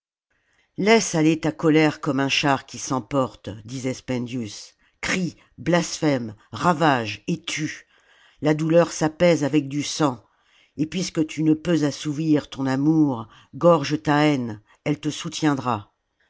laisse aller ta colère comme un char qui s'emporte disait spendius crie blasphème ravage et tue la douleur s'apaise avec du sang et puisque tu ne peux assouvir ton amour gorge ta haine elle te soutiendra